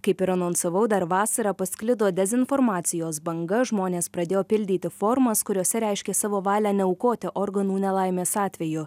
kaip ir anonsavau dar vasarą pasklido dezinformacijos banga žmonės pradėjo pildyti formas kuriose reiškė savo valią neaukoti organų nelaimės atveju